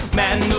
man